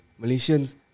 Malaysians